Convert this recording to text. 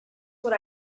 what